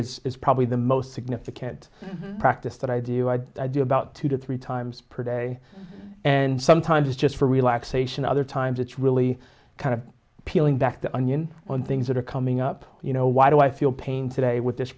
is probably the most significant practice that i do i do about two to three times per day and sometimes it's just for relaxation other times it's really kind of peeling back the onion on things that are coming up you know why do i feel pain today with this